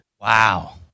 Wow